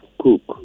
cook